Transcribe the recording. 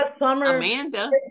Amanda